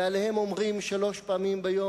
ועליהם אומרים שלוש פעמים ביום,